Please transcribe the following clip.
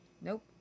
Nope